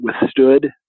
withstood